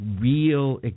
real